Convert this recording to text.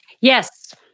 Yes